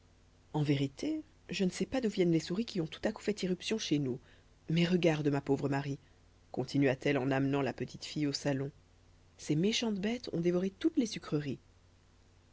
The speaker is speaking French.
en vérité je ne sais pas d'où viennent les souris qui ont tout à coup fait irruption chez nous mais regarde ma pauvre marie continua t elle en amenant la petit fille au salon ces méchantes bêtes ont dévoré toutes les sucreries